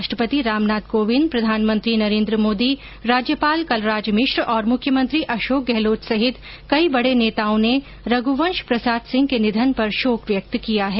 राष्ट्रपति रामनाथ कोविंद प्रधानमंत्री नरेन्द्र मोदी राज्यपाल कलराज मिश्र और मुख्यमंत्री अशोक गहलोत सहित कई बड़े नेताओं ने रघ्वंश प्रसाद सिंह के निधन पर शोक व्यक्त किया है